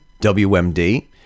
WMD